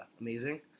amazing